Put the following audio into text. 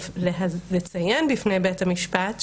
לציין בפני בית המשפט,